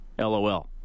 LOL